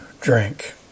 drink